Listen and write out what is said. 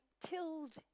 tilled